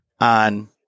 on